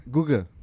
Google